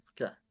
Okay